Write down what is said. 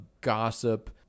gossip